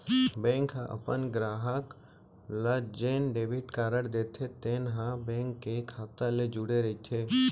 bank ह अपन गराहक ल जेन डेबिट कारड देथे तेन ह बेंक के खाता ले जुड़े रइथे